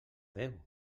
déu